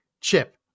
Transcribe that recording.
chip